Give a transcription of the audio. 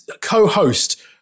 Co-host